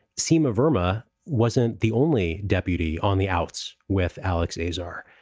sima burma wasn't the only deputy on the outs with alex azar.